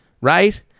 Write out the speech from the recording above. Right